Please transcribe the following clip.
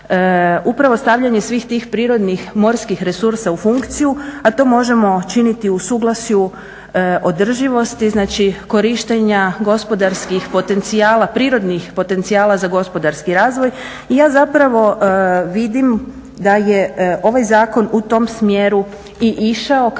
upravo stavljanje svih tih prirodnih morskih resursa u funkciju, a to možemo činiti u suglasju održivosti znači korištenja gospodarskih prirodnih potencijala za gospodarski razvoj. I ja zapravo vidim da je ovaj zakon u tom smjeru i išao kako bi